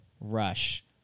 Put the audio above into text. rush